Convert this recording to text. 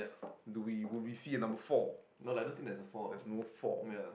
do we will we see a number four there's no four